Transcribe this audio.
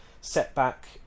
setback